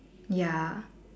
ya